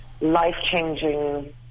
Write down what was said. life-changing